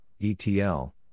ETL